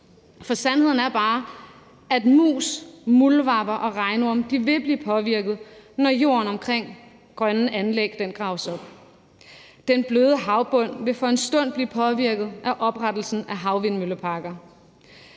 For sandheden er bare, at mus, muldvarper og regnorme vil blive påvirket, når jorden omkring grønne anlæg graves op. Den bløde havbund vil for en stund blive påvirket af oprettelsen af havvindmølleparker.